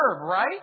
right